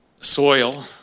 soil